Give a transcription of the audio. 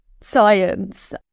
science